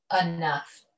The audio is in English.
enough